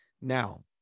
Now